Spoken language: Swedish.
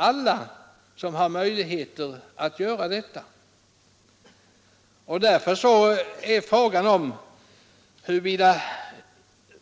Alla har ju inte möjligheter att komma ut med så mycket pengar, och därför är frågan huruvida